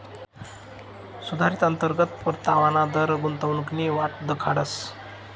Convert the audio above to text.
सुधारित अंतर्गत परतावाना दर गुंतवणूकनी वाट दखाडस